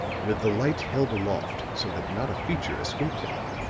with the light held aloft so that not a feature escaped him,